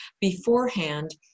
beforehand